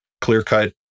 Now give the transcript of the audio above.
clear-cut